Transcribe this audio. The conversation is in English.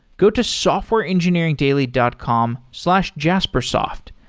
go to softwareengineeringdaily dot com slash jaspersoft.